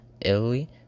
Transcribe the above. Italy